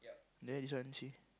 there this one see